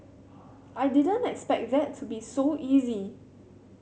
I didn't expect that to be so easy